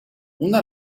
una